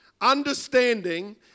understanding